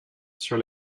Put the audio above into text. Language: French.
sur